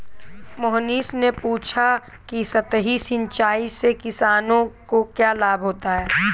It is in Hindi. मोहनीश ने पूछा कि सतही सिंचाई से किसानों को क्या लाभ होता है?